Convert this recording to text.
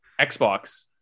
Xbox